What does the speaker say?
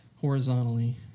horizontally